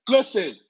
Listen